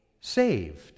saved